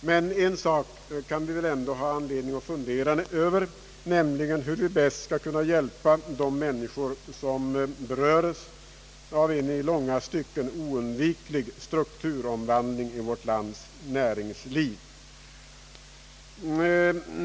Men en sak kan vi väl ändå ha anledning att fundera över, nämligen hur vi bäst skall kunna hjälpa de människor som berörs av en i många stycken oundviklig strukturomvandling i vårt lands näringsliv.